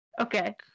Okay